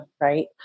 right